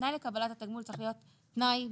תנאי לקבלת התגמול צריך להיות תנאי ברור,